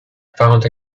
found